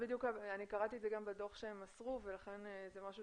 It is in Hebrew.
אני קראתי את זה גם בדוח שהם מסרו וזה משהו